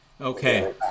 Okay